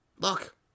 Look